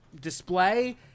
display